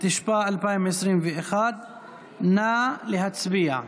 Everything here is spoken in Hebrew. התשפ"א 2021. נא להצביע.